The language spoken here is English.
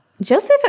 Joseph